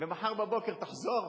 ומחר בבוקר תחזור?